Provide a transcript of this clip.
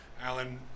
Alan